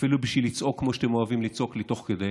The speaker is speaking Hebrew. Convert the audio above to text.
אפילו בשביל לצעוק כמו שאתם אוהבים לצעוק לי תוך כדי